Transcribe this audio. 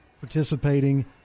participating